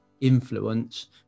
influence